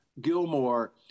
Gilmore